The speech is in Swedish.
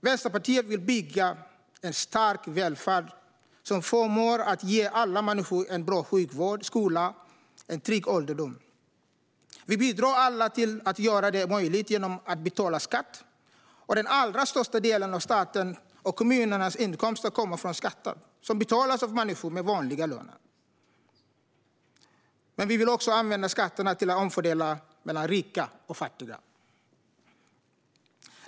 Vänsterpartiet vill bygga en stark välfärd som förmår att ge alla människor en bra sjukvård, skola och en trygg ålderdom. Vi bidrar alla till att göra det möjligt genom att betala skatt. Den allra största delen av statens och kommunernas inkomster kommer från skatter som betalas av människor med vanliga löner. Men vi vill också använda skatterna till att omfördela mellan rika och fattiga.